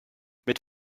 mit